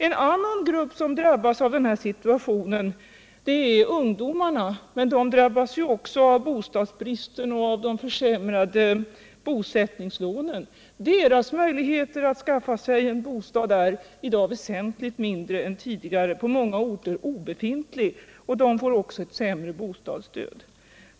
En annan grupp i samma situation är ungdomarna. De drabbas dessutom av bostadsbristen och av de försämrade bosättningslånen. Deras möjligheter att skaffa sig en bostad är därför i dag väsentligt mindre än tidigare, på många orter obefintliga, och de får dessutom också ett sämre bostadsstöd.